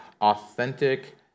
authentic